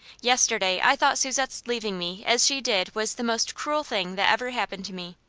yesterday i thought susette's leaving me as she did was the most cruel thing that ever happened to me.